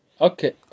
Okay